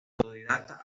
autodidacta